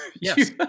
Yes